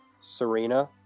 Serena